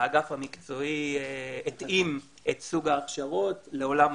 האגף המקצועי התאים את סוג ההכשרות לעולם